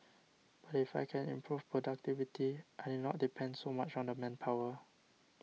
but if I can improve productivity I need not depend so much on the manpower